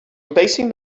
replacing